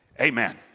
amen